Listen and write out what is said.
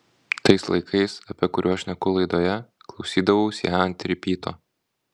tais laikais apie kuriuos šneku laidoje klausydavaus ją ant ripyto